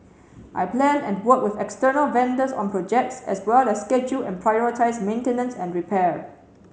I plan and work with external vendors on projects as well as schedule and prioritise maintenance and repair